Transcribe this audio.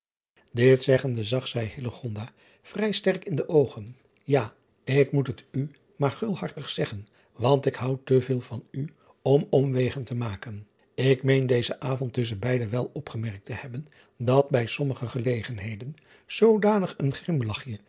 it zeggende zag zij vrij sterk in de oogen ja ik moet het u maar gulhartig zeggen want ik houd te veel van u om omwegen te maken ik meen dezen avond tusschen beide wel opgemerkt te hebben dat bij sommige gelegenheden zoodanig een grimlachje